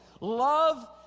Love